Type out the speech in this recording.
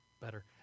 Better